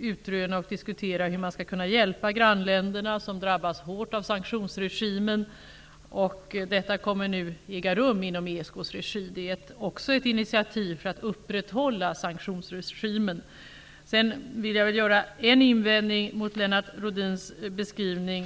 utröna och diskutera hur man skall kunna hjälpa grannländerna, som drabbas hårt av sanktionsregimen. Detta möte kommer nu att äga rum i ESK:s regi. Det är också ett initiativ för att upprätthålla sanktionsregimen. Sedan måste jag göra en invändning mot Lennart Rohdins beskrivning.